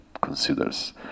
considers